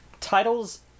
titles